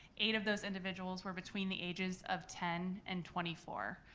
eight of those individuals were between the ages of ten and twenty four,